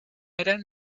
eran